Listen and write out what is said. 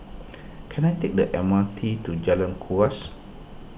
can I take the M R T to Jalan Kuras